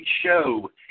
show